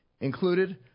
Included